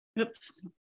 Oops